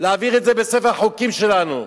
להעביר את זה בספר החוקים שלנו.